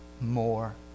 more